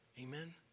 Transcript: Amen